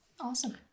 Awesome